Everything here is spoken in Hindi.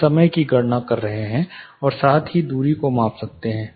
आप समय की गणना कर सकते हैं और साथ ही दूरी को माप सकते हैं